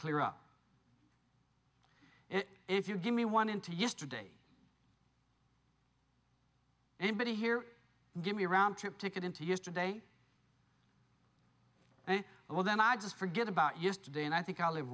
clear up if you give me one in two yesterday anybody here give me a round trip ticket into yesterday and well then i just forget about yesterday and i think i'll live